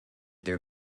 their